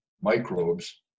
microbes